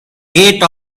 gate